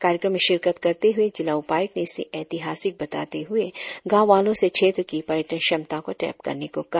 कार्यक्रम में शिरकत करते हुए जिला उपायुक्त ने इसे ऐतिहासिक बताते हुए गांव वालों से क्षेत्र की पर्यटन क्षमता को टैप करने को कहा